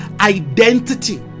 Identity